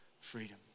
freedom